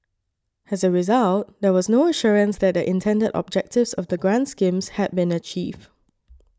as a result there was no assurance that the intended objectives of the grant schemes had been achieved